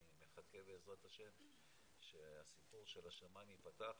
אני מחכה בע"ה שהסיפור של השמיים ייפתח,